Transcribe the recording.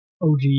OG